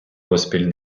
поспіль